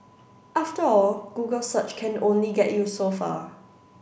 after all Google search can only get you so far